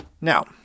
Now